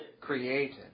created